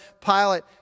Pilate